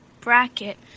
bracket